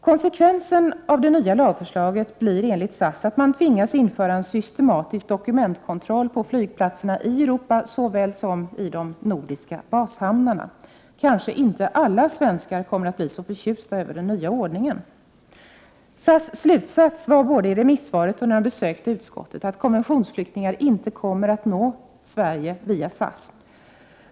Konsekvensen av det nya lagförslaget blir enligt SAS att man tvingas införa en systematisk dokumentkontroll på flygplatserna, i Europa såväl som i de nordiska bashamnarna. Kanske inte alla svenskar kommer att bli så förtjusta över den nyordningen. SAS slutsats var både i remissvaret och när de besökte utskottet att konventionsflyktingar inte kommer att nå Sverige via SAS.